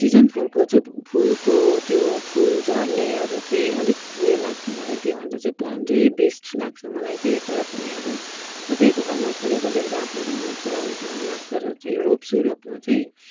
season फुलको चाहिँ फुलको त्यो फुल झर्नेहरू चाहिँ अलिक उयो लाग्छ मलाई त्यो भन्दा चाहिँ प्लान्ट चाहिँ बेस्ट लाग्छ मलाई चाहिँ तर पनि अब सबैको घरमा फुलेको देख्दा आफ्नो घरमा फुलौँ फुलौँ लाग्छ र चाहिँ रोप्छु रोप्नु चाहिँ